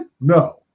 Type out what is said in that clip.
No